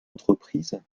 entreprise